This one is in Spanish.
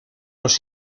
los